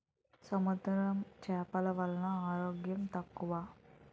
సముద్ర చేపలు వలన అనారోగ్యం తక్కువ